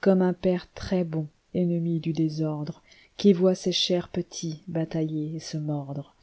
comme un père très-bon ennemi du désordre qui voit ses chers petits batailler et se mordre